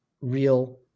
real